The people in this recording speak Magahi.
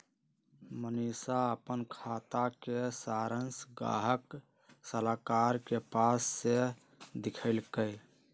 मनीशा अप्पन खाता के सरांश गाहक सलाहकार के पास से देखलकई